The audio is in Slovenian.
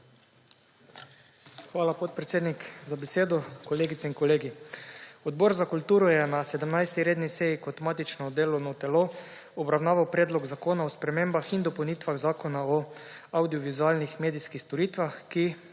Hvala, podpredsednik, za besedo. Kolegice in kolegi! Odbor za kulturo je na 17. redni seji kot matično delovno telo obravnaval Predlog zakona o spremembah in dopolnitvah Zakona o avdiovizualnih medijskih storitvah, ki